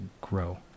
grow